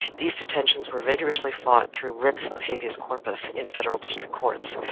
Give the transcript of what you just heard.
these detentions were vigorously fought through writs of habeas corpus in federal district courts.